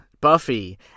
buffy